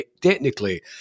Technically